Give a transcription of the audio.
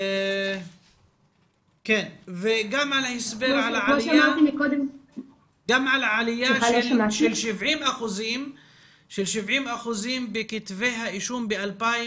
וגם הסבר על העלייה של 70% בכתבי האישום ב-2019.